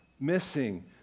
missing